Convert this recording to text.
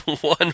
One